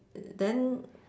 then